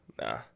Nah